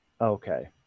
Okay